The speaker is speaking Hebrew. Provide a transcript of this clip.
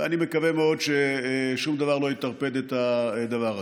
ואני מקווה מאוד ששום דבר לא יטרפד את הדבר הזה.